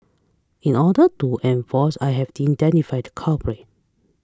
in order to enforce I have to identify the culprit